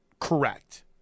Correct